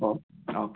ഓ okay